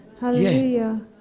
Hallelujah